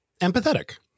empathetic